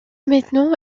maintenant